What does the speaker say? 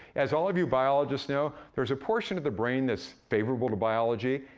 as all of you biologists know, there's a portion of the brain that's favorable to biology.